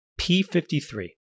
P53